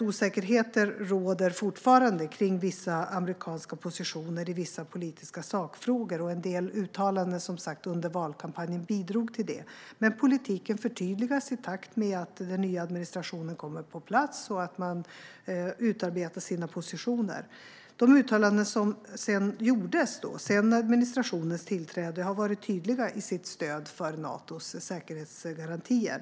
Osäkerhet råder fortfarande kring vissa amerikanska positioner i ett antal politiska sakfrågor, och en del uttalanden under valkampanjen bidrog som sagt till detta. Politiken förtydligas dock i takt med att den nya administrationen kommer på plats och utarbetar sina positioner. De uttalanden som gjorts sedan administrationens tillträde har varit tydliga i sitt stöd för Natos säkerhetsgarantier.